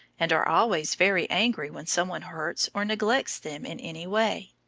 and are always very angry when some one hurts or neglects them in any way.